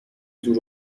دور